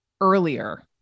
earlier